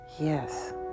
Yes